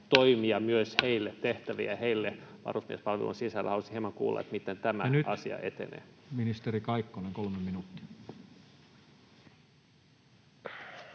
toimia ja tehtäviä myös heille varusmiespalvelun sisällä. Haluaisin hieman kuulla, miten tämä asia etenee. Nyt ministeri Kaikkonen, 3 minuuttia.